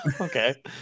okay